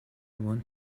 want